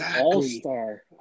all-star